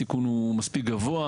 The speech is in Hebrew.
הסיכון הוא מספיק גבוה.